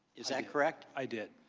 is that correct? i did.